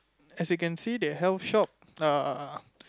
as you can see the health shop err